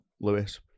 Lewis